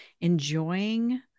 enjoying